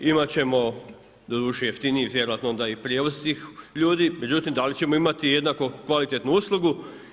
Imat ćemo, doduše jeftiniji vjerojatno onda i prijevoz tih ljudi, međutim da li ćemo imati jednako kvalitetnu uslugu?